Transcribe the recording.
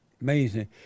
amazing